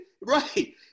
right